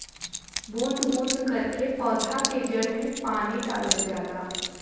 बूंद बूंद करके पौधा के जड़ में पानी डालल जाला